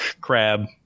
crab